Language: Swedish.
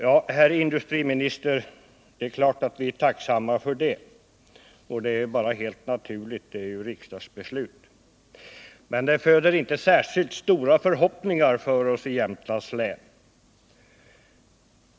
Ja, herr industriminister, visst är vi tacksamma för det, men sådana insatser är helt naturliga då dessa riktlinjer tillkommit genom riksdagsbeslut. Men detta uttalande föder inte särskilt stora förhoppningar hos oss i Jämtlands län.